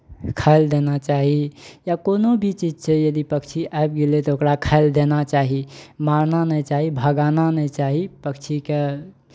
खाय लेल देना चाही या कोनो भी चीज छै यदि पक्षी आबि गेलै तऽ ओकरा खाय लेल देना चाही मारना नहि चाही भगाना नहि चाही पक्षीके